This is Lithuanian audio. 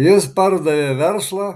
jis pardavė verslą